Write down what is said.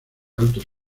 altos